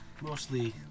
mostly